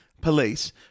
Police